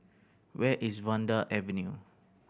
where is Vanda Avenue